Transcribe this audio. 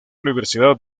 universidad